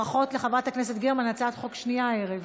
ברכות לחברת הכנסת גרמן, הצעת חוק שנייה הערב.